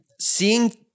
seeing